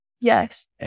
Yes